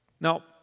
Now